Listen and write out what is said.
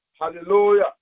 Hallelujah